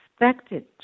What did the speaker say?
expected